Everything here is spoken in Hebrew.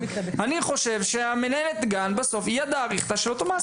אני חושב שמנהלת הגן היא בסוף ידו הארוכה של המעסיק.